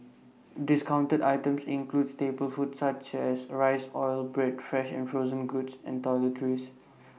discounted items included staple food items such as rice oil bread fresh and frozen foods and toiletries